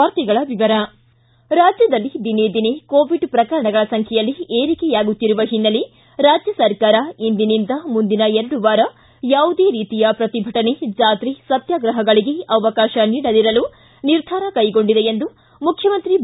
ವಾರ್ತೆಗಳ ವಿವರ ರಾಜ್ಞದಲ್ಲಿ ದಿನೇ ದಿನೇ ಕೋವಿಡ್ ಪ್ರಕರಣಗಳ ಸಂಬ್ದೆಯಲ್ಲಿ ಏರಿಕೆಯಾಗುತ್ತಿರುವ ಹಿನ್ನೆಲೆ ರಾಜ್ಞ ಸರ್ಕಾರ ಇಂದಿನಿಂದ ಮುಂದಿನ ಎರಡು ವಾರ ಯಾವುದೇ ರೀತಿಯ ಪ್ರತಿಭಟನೆ ಜಾತ್ರೆ ಸತ್ಯಾಗ್ರಹಗಳಿಗೆ ಅವಕಾಶ ನೀಡದಿರಲು ನಿರ್ಧಾರ ಕೈಗೊಂಡಿದೆ ಎಂದು ಮುಖ್ಯಮಂತ್ರಿ ಬಿ